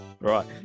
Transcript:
Right